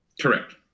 Correct